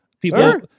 People